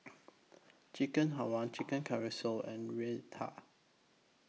Chicken Halwa Chicken Casserole and Raita